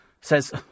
says